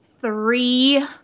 three